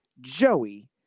Joey